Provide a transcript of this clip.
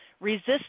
resist